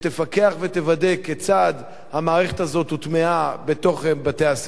ותוודא כיצד המערכת הזאת הוטמעה בתוך בתי-הספר,